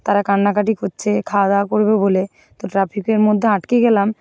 তারা কান্নাকাটি করছে খাওয়া দাওয়া করবে বলে তো ট্রাফিকের মধ্যে আঁটকে গেলাম